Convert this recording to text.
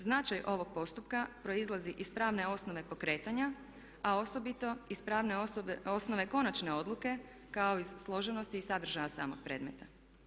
Značaj ovog postupka proizlazi iz pravne osnove pokretanja, a osobito iz pravne osnove konačne odluke kao i složenosti i sadržaja samog predmeta.